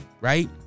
right